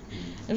mm